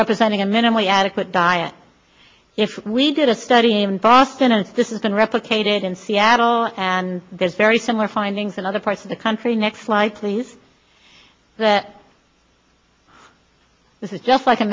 representing a minimally adequate diet if we did a study in boston and this is been replicated in seattle and there's very similar findings in other parts of the country next like please that this is just like a